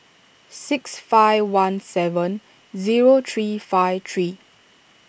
six five one seven zero three five three